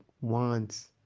wants